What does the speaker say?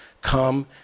come